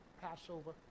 Passover